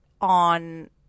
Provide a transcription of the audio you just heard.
on